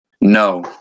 No